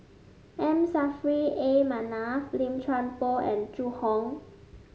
M Saffri A Manaf Lim Chuan Poh and Zhu Hong